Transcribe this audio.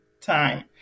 time